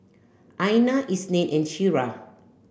Aina Isnin and Syirah